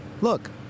Look